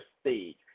stage